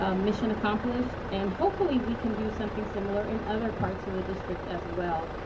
ah mission accomplished and hopefully we can do something similar in other parts of the district as well,